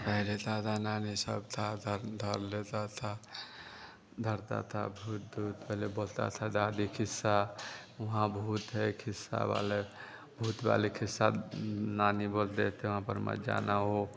पहले दादा नानी सब था धर धर लेते थे धरते थे भूत ऊत पहले बोलते थे दादी क़िस्सा वहाँ भूत है क़िस्सा वाला भूत वाले क़िस्से नानी बोलते थे वहाँ पर मत जाना वह